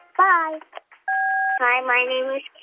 bye hi, my name is